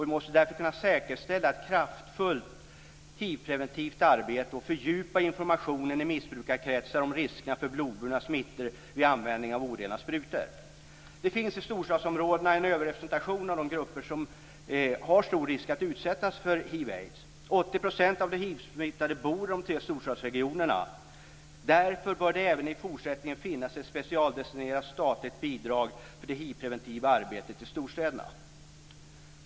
Vi måste därför kunna säkerställa ett fortsatt kraftfullt hivpreventivt arbete och fördjupa informationen i missbrukarkretsar om riskerna för blodburna smittor vid användning av orena sprutor. Det finns i storstadsområdena en överrepresentation av de grupper som löper stor risk att utsättas för hiv och aids. 80 % av de hivsmittade bor i de tre storstadsregionerna. Därför bör det även i fortsättningen finnas ett specialdestinerat statligt bidrag för det hivpreventiva arbetet i storstäderna.